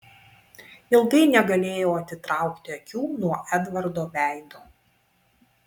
ilgai negalėjau atitraukti akių nuo edvardo veido